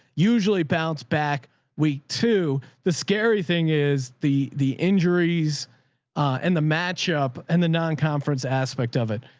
usually bounce back week two. the scary thing is the, the injuries and the matchup and the non-conference aspect of it.